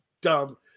dumb